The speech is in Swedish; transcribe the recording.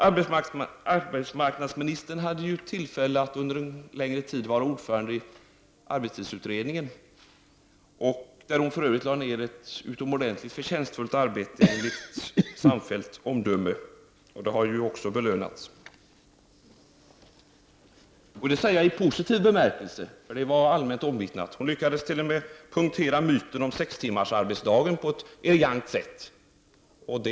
Arbetsmarknadsministern hade tillfälle att under en längre tid vara ordförande i arbetstidsutredningen, där hon enligt samfällt omdöme för övrigt lade ned ett utomordentligt förtjänstfullt arbete, vilket ju också har belönats. Jag säger detta i positiv bemärkelse, och det var allmänt omvittnat. Arbetsmarknadsministern lyckades t.o.m. på ett elegant sätt punktera myten om sextimmarsdagen. Det var ett konststycke.